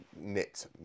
knit